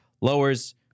lowers